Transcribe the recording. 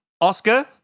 Oscar